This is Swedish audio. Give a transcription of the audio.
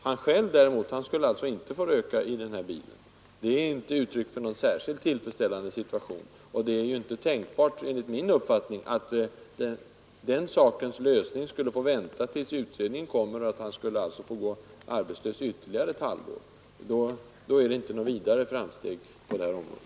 Han själv skulle däremot inte få röka i bilen. Det är inte uttryck för någon särskilt tillfredsställande situation. Enligt min uppfattning är det inte tänkbart att den frågans lösning skulle få vänta tills utredningen kommer och att han alltså skulle få gå arbetslös ytterligare ett halvår — då är det inte något vidare framsteg som gjorts på det här området.